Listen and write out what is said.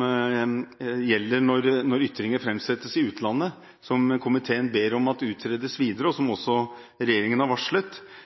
gjelder når ytringer framsettes i utlandet, som komiteen ber om at man utreder videre, og som også regjeringen har varslet.